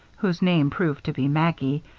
whose name proved to be maggie,